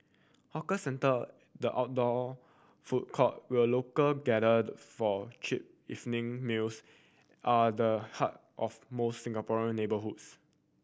hawker centre the outdoor food court where local gathered for cheap evening meals are the heart of most Singaporean neighbourhoods